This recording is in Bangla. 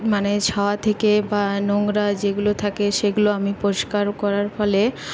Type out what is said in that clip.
মানে ছাওয়া থেকে বা নোংরা যেগুলো থাকে সেগুলো আমি পরিষ্কার করার ফলে